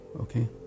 okay